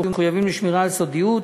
יהיו מחויבים לשמירה על סודיות,